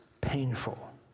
painful